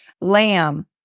Lamb